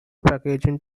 packaging